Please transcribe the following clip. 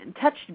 touched